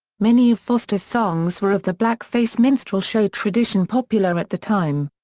many of foster's songs were of the blackface minstrel show tradition popular at the time.